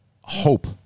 hope